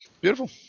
Beautiful